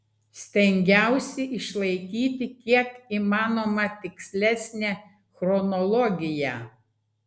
stengiausi išlaikyti kiek įmanoma tikslesnę chronologiją